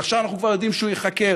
עכשיו אנחנו כבר יודעים שהוא ייחקר.